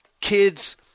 kids